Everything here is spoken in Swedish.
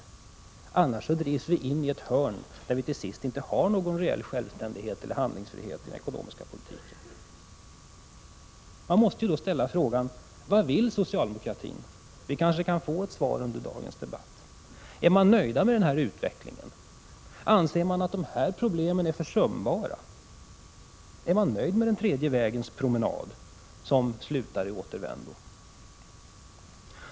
Vi drivs annars in i ett hörn, där vi till slut inte har någon reell självständighet eller handlingsfrihet i den ekonomiska politiken. Man måste då ställa frågan om vad socialdemokratin vill. Vi kanske kan få ett svar under dagens debatt. Är man nöjd med denna utveckling? Anser man att detta problem är försumbart? Är man nöjd med den tredje vägens promenad, som slutar i återvändo?